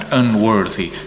unworthy